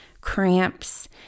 cramps